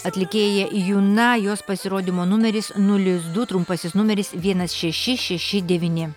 atlikėja juna jos pasirodymo numeris nulis du trumpasis numeris vienas šeši šeši devyni